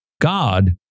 God